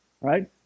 right